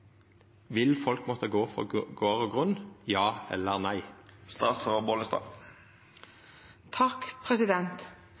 Vil folk måtta gå frå gard og grunn – ja eller nei?